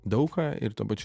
daug ką ir tuo pačiu